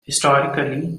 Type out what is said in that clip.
historically